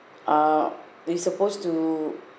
uh we supposed to